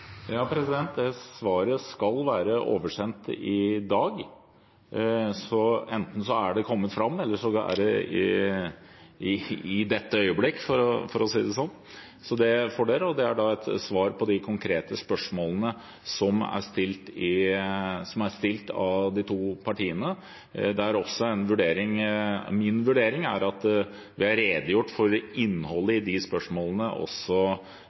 Svaret skal være oversendt i dag. Enten er det kommet fram, eller så kommer det i dette øyeblikk, for å si det sånn. Så det får dere, og det er da et svar på de konkrete spørsmålene som er stilt av de to partiene. Min vurdering er at det er redegjort for innholdet i de spørsmålene